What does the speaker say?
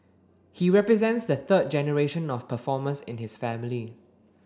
he represents the third generation of performers in his family